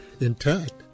intact